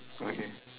okay